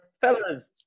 fellas